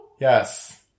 Yes